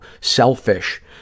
selfish